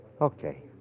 Okay